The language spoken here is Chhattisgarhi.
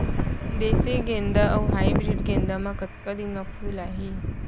देसी गेंदा अऊ हाइब्रिड गेंदा म कतका दिन म फूल आही?